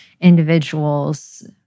individuals